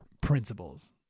principles